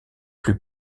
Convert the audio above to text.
plus